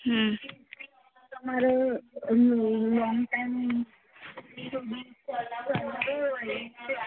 હં તમારે long time સુધી ચલાવવું હોય